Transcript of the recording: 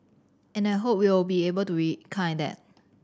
and I hope we'll be able to rekindle that